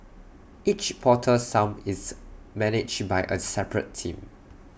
each portal sump is managed by A separate team